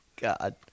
God